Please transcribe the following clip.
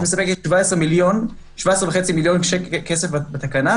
יש כסף בסך 17.5 מיליון כסף בתקנה,